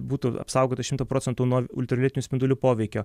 būtų apsaugotas šimtu procentų nuo internetinių spindulių poveikio